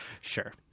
Sure